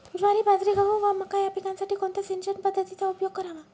ज्वारी, बाजरी, गहू व मका या पिकांसाठी कोणत्या सिंचन पद्धतीचा उपयोग करावा?